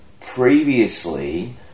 previously